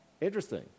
Interesting